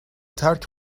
ترک